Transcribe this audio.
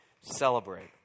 celebrate